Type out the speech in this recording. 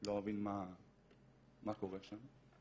לא מבין מה קורה שם.